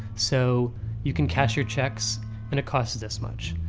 so you can cash your checks and it costs this much.